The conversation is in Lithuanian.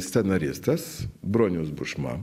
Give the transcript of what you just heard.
scenaristas bronius bušma